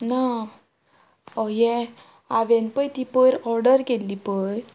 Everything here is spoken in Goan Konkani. ना ये हांवेंन पय ती पयर ऑर्डर केल्ली पय